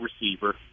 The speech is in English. receiver